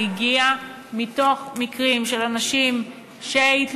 היא הגיעה מתוך מקרים של אנשים שהתלוננו